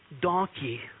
donkey